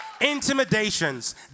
Intimidations